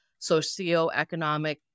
socioeconomic